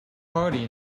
party